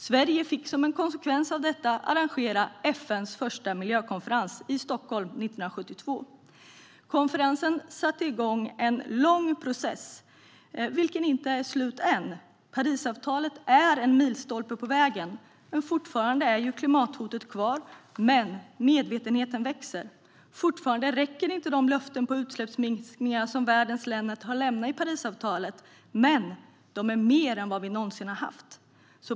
Sverige fick som en konsekvens därav arrangera FN:s första miljökonferens 1972 i Stockholm. Konferensen satte igång en lång process, vilken ännu inte är slut. Parisavtalet är en milstolpe på vägen, men fortfarande finns klimathotet kvar. Medvetenheten växer dock. Fortfarande räcker inte de löften om utsläppsminskningar som världens länder har gett i Parisavtalet, men de är mer än vad vi någonsin har haft.